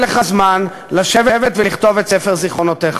לך זמן לשבת ולכתוב את ספר זיכרונותיך.